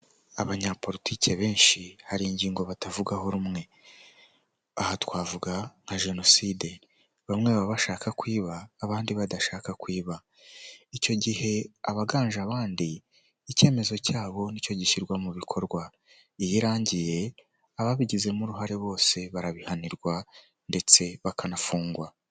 Abantu bicaye bambaye idarapo ry'u Rwanda hakaba harimo abagabo n'abagore, bakaba bafashe ku meza ndetse bafite n'amakayi imbere yabo yo kwandikamo.